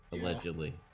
Allegedly